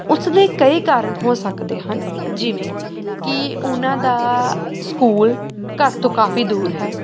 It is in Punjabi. ਉਸਦੇ ਕਈ ਕਾਰਣ ਹੋ ਸਕਦੇ ਹਨ ਜਿਵੇਂ ਕਿ ਉਹਨਾਂ ਦਾ ਸਕੂਲ ਘਰ ਤੋਂ ਕਾਫ਼ੀ ਦੂਰ ਹੈ